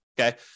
Okay